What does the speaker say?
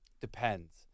Depends